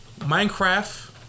Minecraft